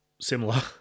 similar